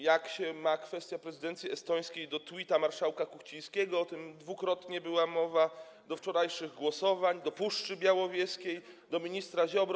Jak się ma kwestia prezydencji estońskiej do tweeta marszałka Kuchcińskiego - o tym dwukrotnie była mowa - do wczorajszych głosowań, do Puszczy Białowieskiej, do ministra Ziobro?